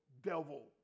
devil